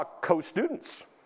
co-students